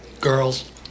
Girls